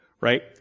right